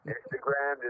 Instagram